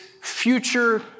future